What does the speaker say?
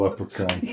leprechaun